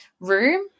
room